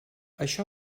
això